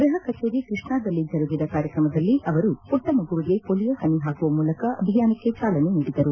ಗ್ವಹ ಕಚೇರಿ ಕ್ವಷ್ಣಾದಲ್ಲಿ ಜರುಗಿದ ಕಾರ್ಯಕ್ರಮದಲ್ಲಿ ಅವರು ಮಟ್ಟ ಮಗುವಿಗೆ ಮೋಲಿಯೋ ಪನಿ ಪಾಕುವ ಮೂಲಕ ಅಭಿಯಾನಕ್ಕೆ ಚಾಲನೆ ನೀಡಿದರು